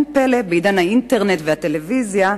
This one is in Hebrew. לא פלא שבעידן האינטרנט והטלוויזיה,